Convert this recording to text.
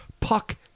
Puck